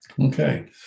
Okay